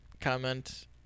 comment